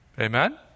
Amen